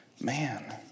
man